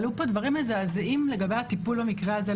עלו פה דברים מזעזעים לגבי הטיפול במקרה הזה,